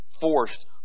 forced